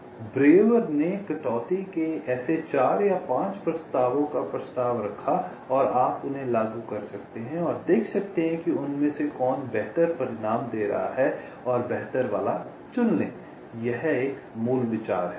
तो ब्रेउर ने कटौती के ऐसे 4 या 5 प्रस्तावों का प्रस्ताव रखा और आप उन्हें लागू कर सकते हैं और देख सकते हैं कि उनमें से कौन बेहतर परिणाम दे रहा है और बेहतर वाला चुन लें यह मूल विचार है